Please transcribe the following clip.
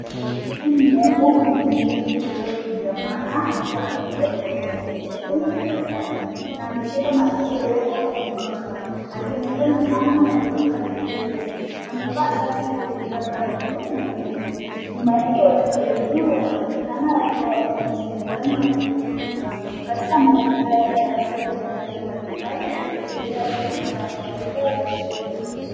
Mtoto mdogo mwenye nywele zilizokunjamana akiwa ameketi kwenye kiti chekundu darasani na ameshika masikio yake kwa mikono akionekana kama anaepuka kelele. Amevaa shati lenye miraba ya buluu na nyeupe. Nyuma yake watoto wengine wanaonekana wakiwa wameketi mezani wakijifunza katika mazingira ya darasa lenye rangi mbalimbali likiashiria shughuli za kawaida za shule.